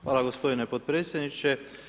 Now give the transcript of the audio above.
Hvala gospodine potpredsjedniče.